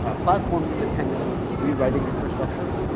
ah platform-independent rewriting infrastructure,